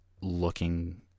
looking